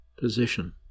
position